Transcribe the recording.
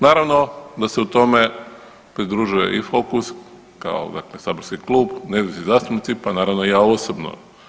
Naravno da se tome pridružuje i Focus kao dakle saborski klub, nezavisni zastupnici, pa naravno i ja osobno.